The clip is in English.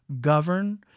govern